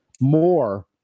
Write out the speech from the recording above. more